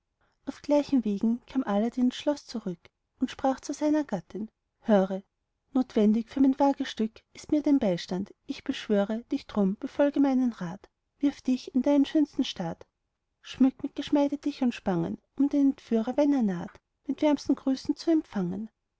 auf gleichen wegen kam aladdin ins schloß zurück und sprach zu seiner gattin höre notwendig für mein wagestück ist mir dein beistand ich beschwöre dich drum befolge meinen rat wirf dich in deinen schönsten staat schmück mit geschmeide dich und spangen um den entführer wenn er naht mit wärmstem gruße zu empfangen